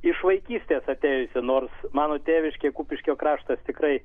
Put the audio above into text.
iš vaikystės atėjusi nors mano tėviškė kupiškio kraštas tikrai